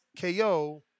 KO